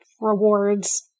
rewards